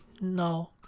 No